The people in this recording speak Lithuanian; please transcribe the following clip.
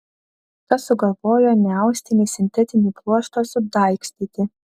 kas sugalvojo neaustinį sintetinį pluoštą sudaigstyti